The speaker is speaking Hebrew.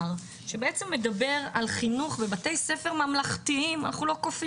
כשבתי היום כבר בת